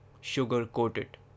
sugar-coated